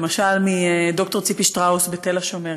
למשל ד"ר ציפי שטראוס בתל השומר,